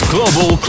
Global